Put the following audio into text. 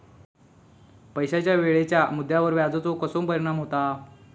पैशाच्या वेळेच्या मुद्द्यावर व्याजाचो कसो परिणाम होता